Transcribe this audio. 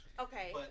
Okay